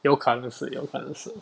有可能是有可能是